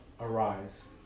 arise